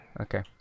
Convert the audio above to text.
Okay